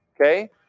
okay